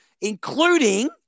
including